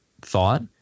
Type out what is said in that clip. thought